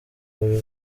buri